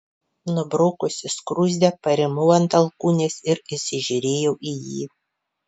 nubraukusi skruzdę parimau ant alkūnės ir įsižiūrėjau į jį